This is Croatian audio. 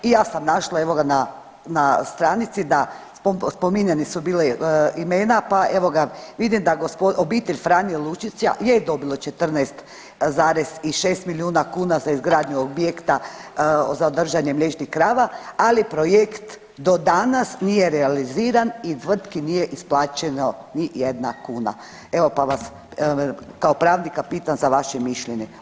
I ja sam našla evo ga na stranici da spominjani su bili imena pa evo ga vidim da gospodin, obitelj Franje Lučića je dobilo 14,6 milijuna kuna za izgradnju objekta za držanje mliječnih krava, ali projekt do danas nije realiziran i tvrtki nije isplaćena ni jedna kuna, evo pa vas kao pravnika pitam za vaše mišljenje.